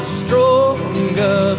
stronger